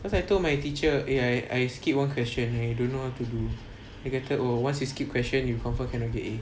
cause I told my teacher eh I I skipped one question I don't know how to do dia kata oh once you skip one question you confirm can not get A